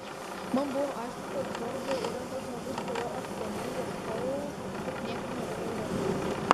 man buvo aišku kad zorba yra tas žmogus kurio aš seniai ieškojau tik niekaip negalėjau rasti